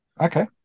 Okay